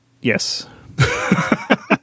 Yes